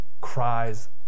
cries